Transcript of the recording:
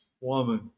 woman